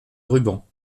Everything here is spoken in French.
rubans